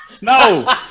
No